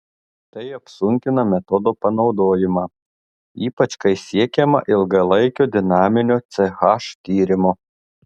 tai apsunkina metodo panaudojimą ypač kai siekiama ilgalaikio dinaminio ch tyrimo